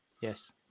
Yes